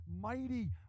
mighty